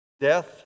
Death